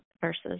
versus